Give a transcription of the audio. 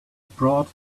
brought